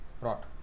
rot